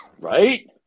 right